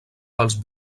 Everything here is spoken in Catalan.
pels